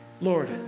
Lord